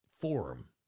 forum